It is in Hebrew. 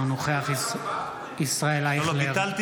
אינו נוכח ישראל אייכלר,